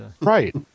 Right